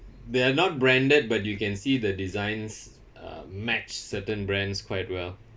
they are not branded but you can see the designs uh match certain brands quite well